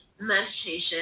meditation